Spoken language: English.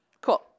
Cool